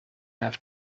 have